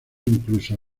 inconcluso